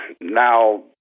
now